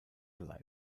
live